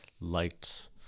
liked